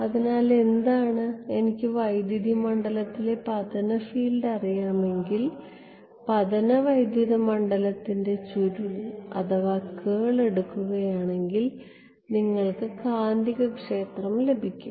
അതിനാൽ എന്താണ് എനിക്ക് വൈദ്യുത മണ്ഡലത്തിലെ പതന ഫീൽഡ് അറിയാമെങ്കിൽ പതന വൈദ്യുത മണ്ഡലത്തിൻറെ ചുരുൾ എടുക്കുകയാണെങ്കിൽ നിങ്ങൾക്ക് കാന്തികക്ഷേത്രം ലഭിക്കും